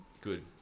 Good